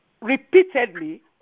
repeatedly